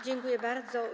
Dziękuję bardzo.